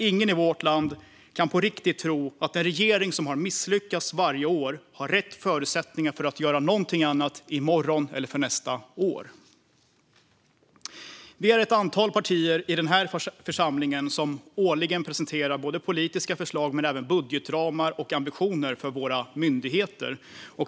Ingen i vårt land kan på riktigt tro att en regering som har misslyckats varje år har rätt förutsättningar för att göra någonting annat i morgon eller för nästa år. Vi är ett antal partier i den här församlingen som årligen presenterar politiska förslag men även budgetramar och ambitioner för våra myndigheter.